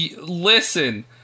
Listen